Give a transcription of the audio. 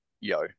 Yo